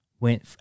went